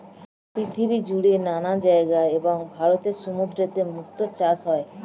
পৃথিবীজুড়ে নানা জায়গায় এবং ভারতের সমুদ্রতটে মুক্তার চাষ হয়